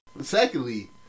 secondly